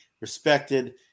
respected